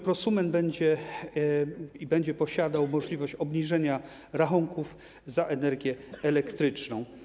Prosument będzie posiadał możliwość obniżenia rachunków za energię elektryczną.